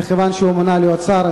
ומכיוון שהוא מונה להיות שר,